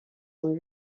ont